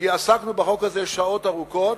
כי עסקנו בחוק הזה שעות ארוכות,